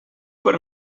per